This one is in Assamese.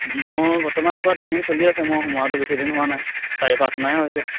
মোৰ বৰ্তমান বাৰু ট্ৰেইনিং চলি আছে মোৰ সোমোৱটো বেছিদিন হোৱা নাই চাৰে পাঁচ মাহে হৈছে